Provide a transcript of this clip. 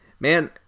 Man